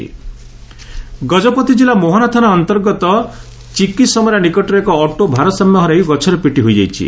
ଦୁର୍ଘଟଣା ଗଜପତି ଜିଲ୍ଲା ମୋହନା ଥାନା ଅନ୍ତର୍ଗତ ଚିକିସମେରା ନିକଟରେ ଏକ ଅଟୋ ଭାରସାମ୍ୟ ହରାଇ ଗଛରେ ପିଟି ହୋଇଯାଇଛି